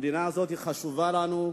המדינה הזאת חשובה לנו,